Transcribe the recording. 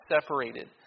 separated